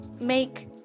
make